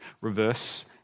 reverse